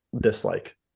dislike